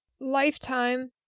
lifetime